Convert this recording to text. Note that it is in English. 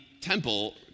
temple